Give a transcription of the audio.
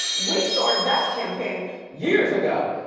we started that campaign years ago.